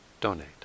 donate